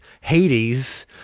Hades